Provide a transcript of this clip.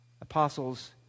apostles